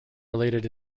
related